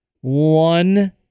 One